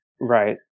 Right